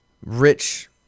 rich